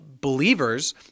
believers